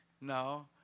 No